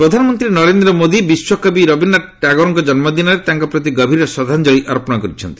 ମୋଦୀ ଟାଗୋର ପ୍ରଧାନମନ୍ତ୍ରୀ ନରେନ୍ଦ୍ର ମୋଦୀ ବିଶ୍ୱକବି ରବୀନ୍ଦ୍ରନାଥ ଟାଗୋରଙ୍କ ଜନ୍ମଦିନରେ ତାଙ୍କ ପ୍ରତି ଗଭୀର ଶ୍ରଦ୍ଧାଞ୍ଜଳି ଅର୍ପଣ କରିଛନ୍ତି